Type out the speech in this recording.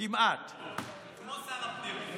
כמו שר הפנים.